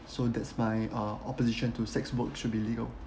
so that's my uh opposition to sex work should be legal